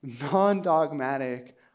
non-dogmatic